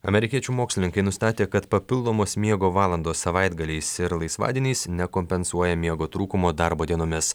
amerikiečių mokslininkai nustatė kad papildomos miego valandos savaitgaliais ir laisvadieniais nekompensuoja miego trūkumo darbo dienomis